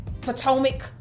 potomac